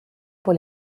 pour